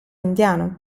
indiano